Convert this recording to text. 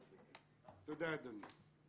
תודה, אדוני.